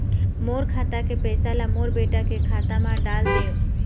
मोर खाता के पैसा ला मोर बेटा के खाता मा डाल देव?